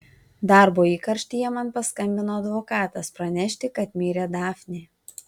darbo įkarštyje man paskambino advokatas pranešti kad mirė dafnė